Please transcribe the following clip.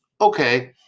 Okay